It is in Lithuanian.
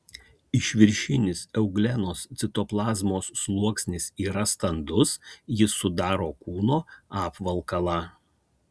išviršinis euglenos citoplazmos sluoksnis yra standus jis sudaro kūno apvalkalą